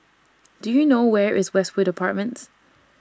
Do YOU know Where IS Westwood Apartments